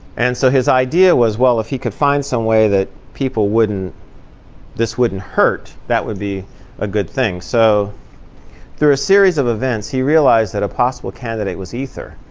and so his idea was, well, if he could find some way that people wouldn't this wouldn't hurt, that would be a good thing. so there are a series of events. he realized that a possible candidate was ether.